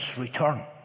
return